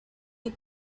you